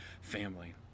family